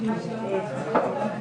שכולם